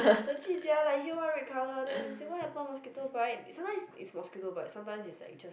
legit sia like here one red colour then say what happen mosquito bite sometimes is mosquito bite sometimes is like just